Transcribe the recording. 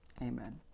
Amen